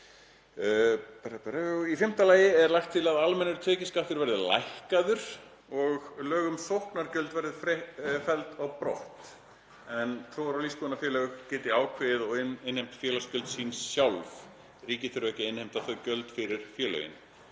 Í fimmta lagi er lagt til að almennur tekjuskattur verði lækkaður og lög um sóknargjöld verði felld brott en trúar- og lífsskoðunarfélög geti ákveðið og innheimt félagsgjöld sín sjálf, ríkið þurfi ekki að innheimta þau gjöld fyrir félögin.